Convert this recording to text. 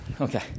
Okay